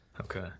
okay